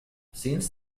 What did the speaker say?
since